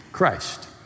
Christ